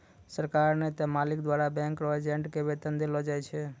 सरकार नै त मालिक द्वारा बैंक रो एजेंट के वेतन देलो जाय छै